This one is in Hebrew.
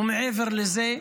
ומעבר לזה,